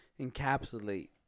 encapsulate